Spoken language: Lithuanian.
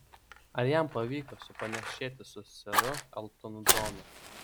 ar jam pavyko supanašėti su seru eltonu džonu